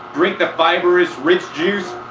drink the fibrous rich juice.